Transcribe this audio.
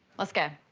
let's go,